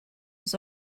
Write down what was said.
was